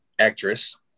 Actress